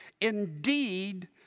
Indeed